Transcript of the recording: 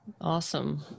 Awesome